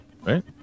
Right